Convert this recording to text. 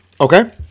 Okay